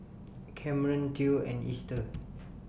Camren Theo and Ester